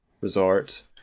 resort